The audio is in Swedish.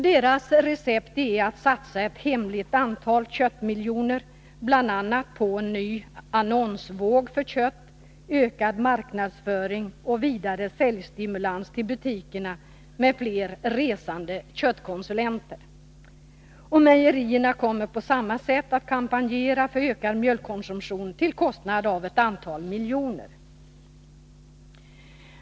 Deras recept är att satsa ett hemligt antal köttmiljoner, bl.a. på en ny annonsvåg för kött, ökad marknadsföring och vidare säljstimulans till butikerna med fler resande köttkonsulenter. Och mejerierna kommer på samma sätt att föra kampanjer för ökad mjölkkonsumtion, till en kostnad av ett antal miljoner.